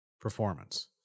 performance